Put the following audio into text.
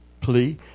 plea